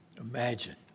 Imagine